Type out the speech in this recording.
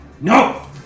No